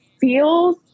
feels